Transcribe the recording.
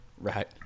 Right